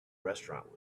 restaurant